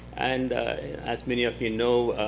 and as many of you know,